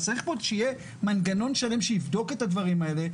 צריך מאוד שיהיה מנגנון שלם שיבדוק את הדברים האלה,